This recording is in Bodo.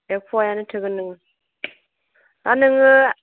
एक पवायानो थोगोन नोंनो आरो नोङो